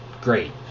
Great